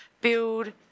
build